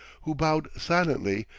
who bowed silently,